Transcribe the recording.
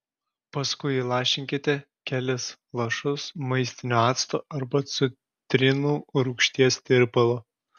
paskui įlašinkite kelis lašus maistinio acto arba citrinų rūgšties tirpalo